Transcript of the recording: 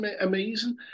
amazing